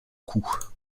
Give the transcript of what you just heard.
coup